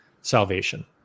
salvation